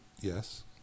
Yes